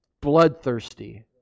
bloodthirsty